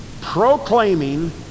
proclaiming